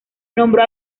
nombró